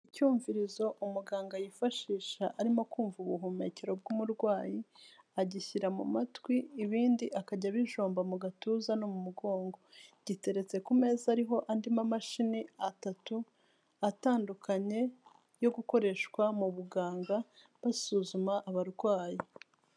Icyumvirizo umuganga yifashisha arimo kumva ubuhumekero bw'umurwayi. Agishyira mu matwi ibindi akajya abijomba mu gatuza no mu mugongo. Giteretse ku meza ariho andi mamashini atatu atandukanye yo gukoreshwa mu buganga basuzuma abarwayi.